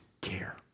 care